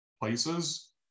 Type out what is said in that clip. places